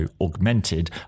Augmented